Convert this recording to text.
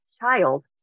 child